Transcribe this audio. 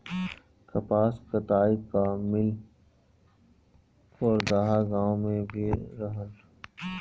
कपास कताई कअ मिल परदहा गाँव में भी रहल